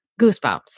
goosebumps